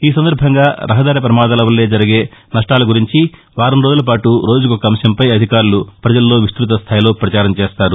ఈ సందర్బంగా రహదారి ప్రమాదాల వల్ల జరిగే నష్టాల గురించి వారంరోజులపాటు రోజుకొక అంశంపై అధికారులు ప్రజల్లో విస్తృతస్థాయిలో పచారం చేస్తారు